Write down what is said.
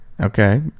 Okay